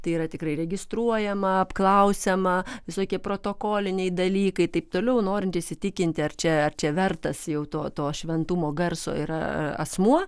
tai yra tikrai registruojama apklausiama visokie protokoliniai dalykai ir taip toliau norint įsitikinti ar čia ar čia vertas jau to to šventumo garso yra asmuo